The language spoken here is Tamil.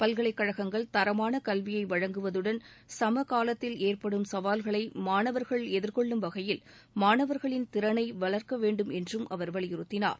பல்கலைக் கழகங்கள் தரமான கல்வியை வழங்குவதுடன் சமகாலத்தில் ஏற்படும் சவால்களை மாணவர்கள் எதிர்கொள்ளும் வகையில் மாணவர்களின் திறனை வளர்க்க வேண்டும் என்றம் அவர் வலியுறுத்தினார்